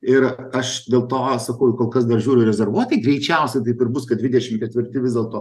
ir aš dėl to sakau kol kas dar žiūriu rezervuotai greičiausiai taip ir bus kad dvidešim ketvirti vis dėlto